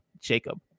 Jacob